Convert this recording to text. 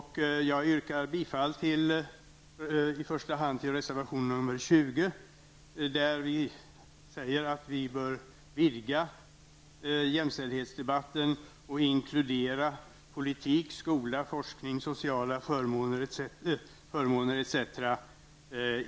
Jag yrkar i första hand bifall till reservation 20. Där säger vi att man bör vidga jämställdhetsdebatten och inkludera politik, skola, forskning, sociala förmåner etc.